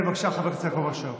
בבקשה, חבר הכנסת יעקב אשר.